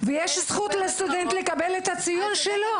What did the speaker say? הרשימה הערבית המאוחדת): ויש זכות לסטודנט לקבל את הציון שלו.